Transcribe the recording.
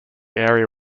area